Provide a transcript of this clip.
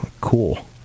Cool